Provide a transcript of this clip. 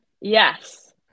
Yes